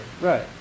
Right